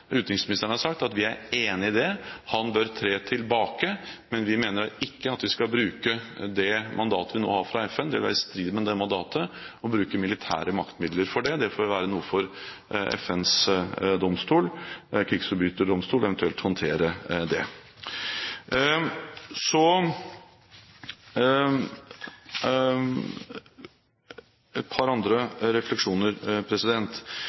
at vi er enig i det. Han bør tre tilbake, men vi mener at det ikke er del av det mandatet vi nå har fra FN. Det vil være i strid med det mandatet å bruke militære maktmidler for det. Det får FNs krigsforbryterdomstol eventuelt håndtere. Så et par andre refleksjoner. For det